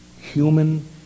human